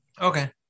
Okay